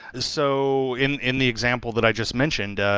so in in the example that i just mentioned,